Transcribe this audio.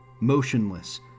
motionless